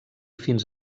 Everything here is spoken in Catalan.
fins